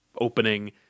opening